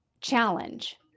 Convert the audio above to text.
challenge